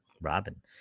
Robin